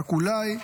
רק אולי,